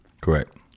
Correct